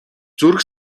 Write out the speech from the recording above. зүрх